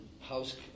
house